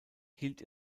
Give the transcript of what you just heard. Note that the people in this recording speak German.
hielt